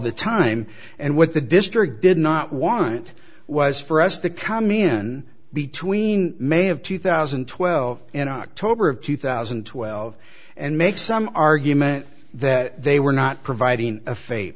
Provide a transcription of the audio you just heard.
the time and what the district did not want was for us to come in between may of two thousand and twelve in october of two thousand and twelve and make some argument that they were not providing a fa